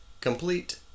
complete